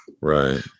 right